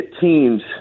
teams